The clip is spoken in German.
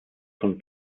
von